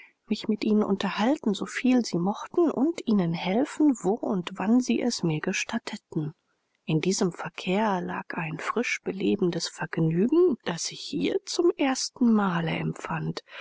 mich mit ihnen unterhalten soviel sie mochten und ihnen helfen wo und wann sie es mir gestatteten in diesem verkehr lag ein frisch belebendes vergnügen das ich hier zum erstenmale empfand